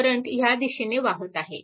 current ह्या दिशेने वाहत आहे